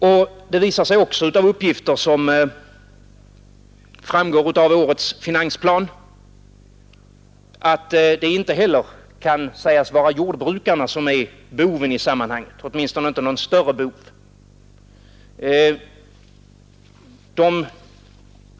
Av uppgifter i årets finansplan framgår också att det inte heller kan sägas vara jordbrukarna som är boven i dramat, åtminstone inte någon större bov.